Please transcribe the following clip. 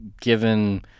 given